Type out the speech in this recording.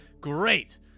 Great